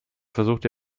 versuchte